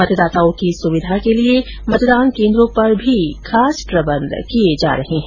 मतदाताओं की सुविधा के लिए मतदान केन्द्रों पर भी खास प्रबंध किए जा रहे है